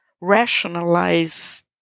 rationalize